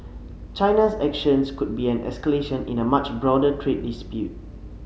China's action could be an escalation in a much broader trade dispute